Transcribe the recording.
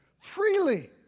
freely